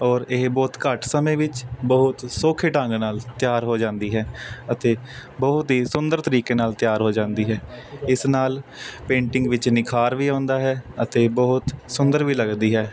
ਔਰ ਇਹ ਬਹੁਤ ਘੱਟ ਸਮੇਂ ਵਿੱਚ ਬਹੁਤ ਸੌਖੇ ਢੰਗ ਨਾਲ ਤਿਆਰ ਹੋ ਜਾਂਦੀ ਹੈ ਅਤੇ ਬਹੁਤ ਹੀ ਸੁੰਦਰ ਤਰੀਕੇ ਨਾਲ ਤਿਆਰ ਹੋ ਜਾਂਦੀ ਹੈ ਇਸ ਨਾਲ ਪੇਂਟਿੰਗ ਵਿੱਚ ਨਿਖਾਰ ਵੀ ਆਉਂਦਾ ਹੈ ਅਤੇ ਬਹੁਤ ਸੁੰਦਰ ਵੀ ਲੱਗਦੀ ਹੈ